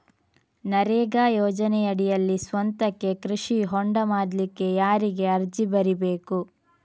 ನರೇಗಾ ಯೋಜನೆಯಡಿಯಲ್ಲಿ ಸ್ವಂತಕ್ಕೆ ಕೃಷಿ ಹೊಂಡ ಮಾಡ್ಲಿಕ್ಕೆ ಯಾರಿಗೆ ಅರ್ಜಿ ಬರಿಬೇಕು?